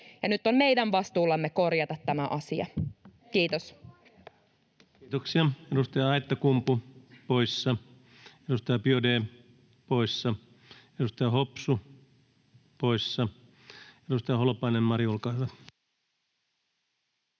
translain puolesta Time: 18:46 Content: Kiitoksia. — Edustaja Aittakumpu, poissa. Edustaja Biaudet, poissa. Edustaja Hopsu, poissa. — Edustaja Holopainen, Mari, olkaa hyvä.